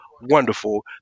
wonderful